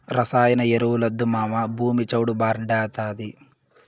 రసాయన ఎరువులొద్దు మావా, భూమి చౌడు భార్డాతాది